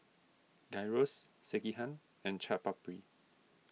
Gyros Sekihan and Chaat Papri